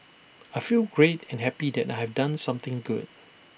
I feel great and happy that I've done something good